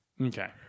Okay